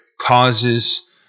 causes